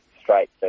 straight